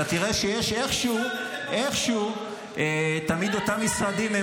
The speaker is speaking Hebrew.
אתה תראה שאיכשהו תמיד אותם משרדים הם